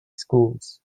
schools